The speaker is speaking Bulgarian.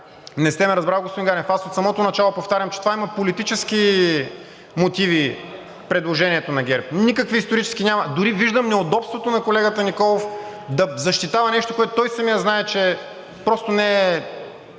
Не сте ме разбрал, господин Ганев, аз от самото начало повтарям, че предложението на ГЕРБ има политически мотиви, никакви исторически няма. Дори виждам неудобството на колегата Николов да защитава нещо, което той самият знае, че просто не е